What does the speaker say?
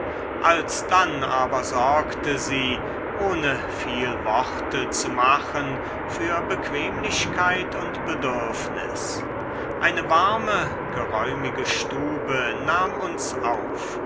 alsdann aber sorgte sie ohne viel worte zu machen für bequemlichkeit und bedürfnis eine warme geräumige stube nahm uns auf